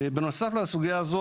בנוסף לסוגיה הזו,